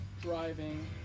driving